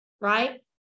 right